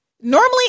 Normally